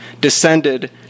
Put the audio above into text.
descended